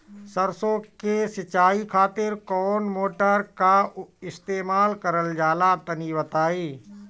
सरसो के सिंचाई खातिर कौन मोटर का इस्तेमाल करल जाला तनि बताई?